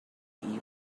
evening